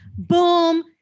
Boom